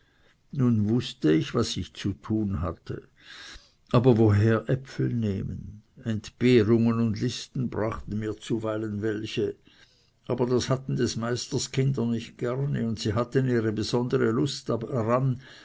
nun wußte ich was ich zu tun hatte aber woher äpfel nehmen entbehrungen und listen brachten mir zuweilen welche aber das hatten des meisters kinder nicht gerne sie hatten ihre besondere lust daran